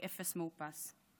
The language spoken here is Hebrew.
כאפס מאופס.